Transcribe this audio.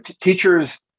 teachers